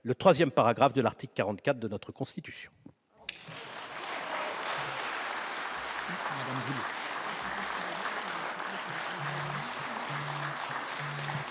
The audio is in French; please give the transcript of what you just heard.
-le troisième alinéa de l'article 44 de notre Constitution.